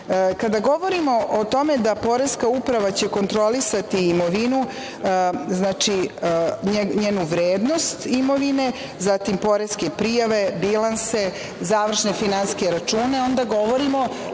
govorimo o tome da će Poreska uprava kontrolisati imovinu, njenu vrednost imovine, zatim, poreske prijave, bilanse, završne finansijske račune, onda govorimo